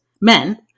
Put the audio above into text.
Men